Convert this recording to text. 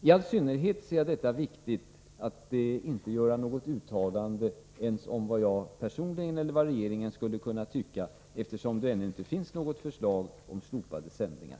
I all synnerhet ser jag det som viktigt att inte göra något uttalande ens om vad jag personligen eller regeringen skulle kunna tycka, eftersom det ännu inte finns något förslag om slopande av sändningar.